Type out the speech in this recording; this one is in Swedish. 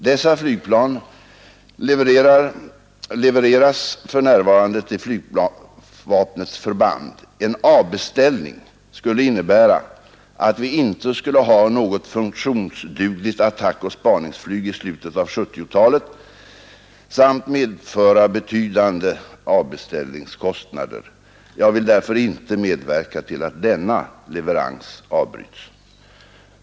Dessa flygplan levereras för närvarande till flygvapnets förband. En avbeställning skulle innebära att vi inte skulle ha något funktionsdugligt attackoch spaningsflyg i slutet av 1970-talet samt medföra betydande avbeställningskostnader. Jag vill därför inte medverka till att denna leverans avbryts.